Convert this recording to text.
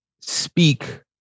speak